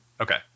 okay